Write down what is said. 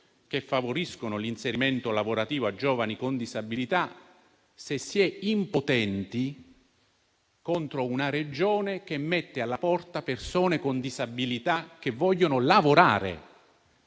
che favoriscono l'inserimento lavorativo a giovani con disabilità - questo glielo ricordo io - se si è impotenti contro una Regione che mette alla porta persone con disabilità che vogliono lavorare.